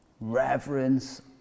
reverence